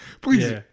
Please